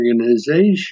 organization